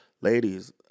ladies